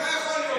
מה יכול להיות?